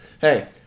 Hey